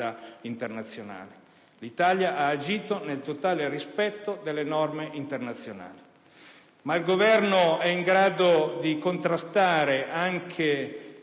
internazionale. L'Italia ha agito nel totale rispetto delle norme internazionali, ma il Governo è in grado di contrastare anche